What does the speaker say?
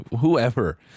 whoever